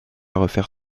refaire